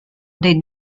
des